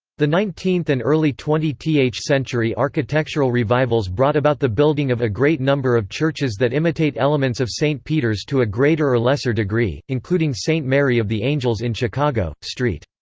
the nineteenth and early twentieth century architectural revivals brought about the building of a great number of churches that imitate elements of st peter's to a greater or lesser degree, including st. mary of the angels in chicago, st.